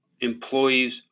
employees